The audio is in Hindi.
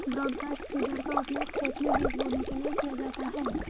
ब्रॉडकास्ट फीडर का उपयोग खेत में बीज बोने के लिए किया जाता है